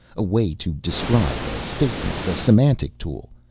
a way to describe a statement. a semantic tool.